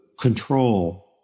control